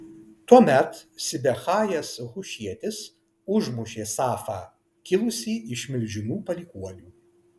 tuomet sibechajas hušietis užmušė safą kilusį iš milžinų palikuonių